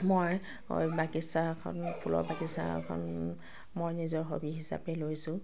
মই বাগিচাখন ফুলৰ বাগিচাখন মই নিজৰ হবি হিচাপে লৈছোঁ